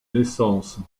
naissance